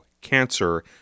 cancer